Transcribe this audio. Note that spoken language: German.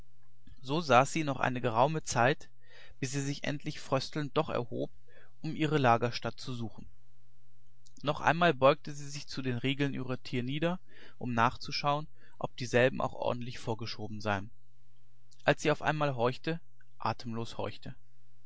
so saß sie noch eine geraume zeit bis sie sich endlich fröstelnd doch erhob um ihre lagerstatt zu suchen noch einmal beugte sie sich zu den riegeln ihrer tür nieder um nachzuschauen ob dieselben auch ordentlich vorgeschoben seien als sie auf einmal horchte atemlos